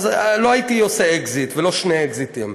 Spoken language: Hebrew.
לא הייתי עושה אקזיט ולא שני אקזיטים.